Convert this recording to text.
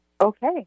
Okay